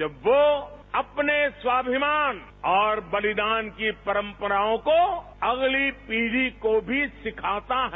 जब वो अपने स्वाभिमान और बलिदान की परंपराओं को अगली पीड़ी को भी सिखाता है